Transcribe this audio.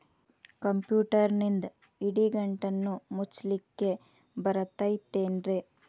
ಕಂಪ್ಯೂಟರ್ನಿಂದ್ ಇಡಿಗಂಟನ್ನ ಮುಚ್ಚಸ್ಲಿಕ್ಕೆ ಬರತೈತೇನ್ರೇ?